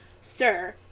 Sir